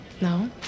No